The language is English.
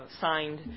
signed